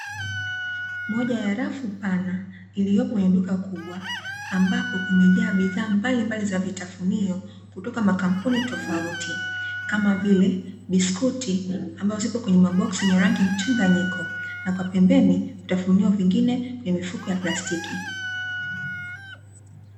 Moja ya rafu pana iliyopo kwenye duka kubwa, ambapo kumejaa bidhaa mbalimbali za vitafunio kutoka makampuni tofauti, kama vile biskuti ambazo zipo kwenye maboksi yenye rangi mchanganyiko na kwa pembeni vitafunio vingine kwenye mifuko ya plastiki.